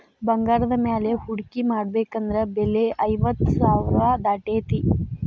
ಬಂಗಾರದ ಮ್ಯಾಲೆ ಹೂಡ್ಕಿ ಮಾಡ್ಬೆಕಂದ್ರ ಬೆಲೆ ಐವತ್ತ್ ಸಾವ್ರಾ ದಾಟೇತಿ